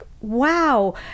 wow